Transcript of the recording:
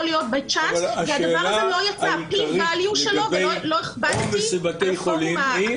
להיות והדבר הזה לא --- השאלה היא לגבי העומס בבתי החולים.